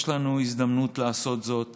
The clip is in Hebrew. יש לנו הזדמנות לעשות זאת